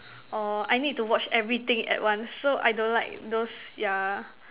orh I need to watch everything at once so I don't like those yeah